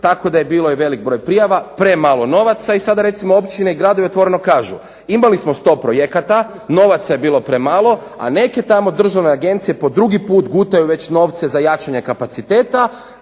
tako da je bilo i velik broj prijava, premalo novaca i sada recimo općine i gradovi otvoreno kažu imali smo sto projekata, novaca je bilo premalo, a neke tamo državne agencije po drugi put gutaju već novce za jačanje kapaciteta